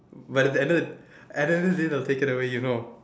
but at the end of the at the end of the day it will be taken away you know